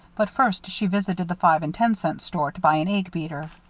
but first she visited the five-and-ten-cent store to buy an egg-beater.